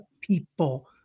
people